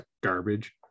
garbage